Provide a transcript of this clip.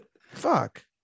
Fuck